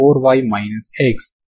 uxt ని నేను ఎలా వ్రాయాలి